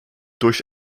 durch